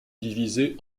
divisé